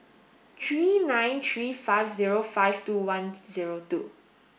three nine three five zero five two one zero two